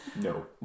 no